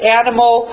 animal